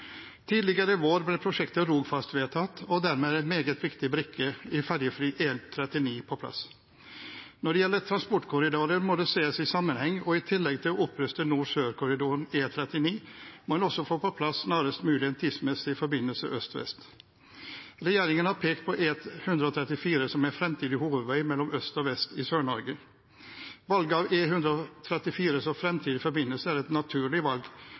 Tidligere i vår ble prosjektet Rogfast vedtatt, og dermed er en meget viktig brikke i ferjefri E39 på plass. Når det gjelder transportkorridorer, må det ses i sammenheng, og i tillegg til å oppruste nord-sør-korridoren E39 må en også snarest mulig få på plass en tidsmessig forbindelse øst-vest. Regjeringen har pekt på E134 som en fremtidig hovedvei mellom øst og vest i Sør-Norge. Valget av E134 som fremtidig forbindelse er et naturlig valg,